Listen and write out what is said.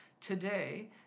today